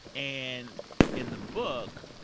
and in the book,